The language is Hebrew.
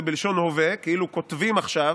כתוב זה בלשון הווה, כאילו כותבים עכשיו.